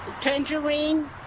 tangerine